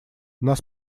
нас